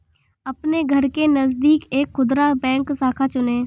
अपने घर के नजदीक एक खुदरा बैंक शाखा चुनें